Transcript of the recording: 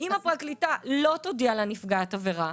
אם הפרקליטה לא הודיעה לנפגעת העבירה,